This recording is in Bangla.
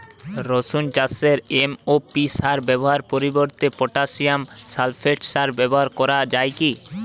রসুন চাষে এম.ও.পি সার ব্যবহারের পরিবর্তে পটাসিয়াম সালফেট সার ব্যাবহার করা যায় কি?